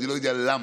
אני לא יודע למה,